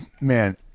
man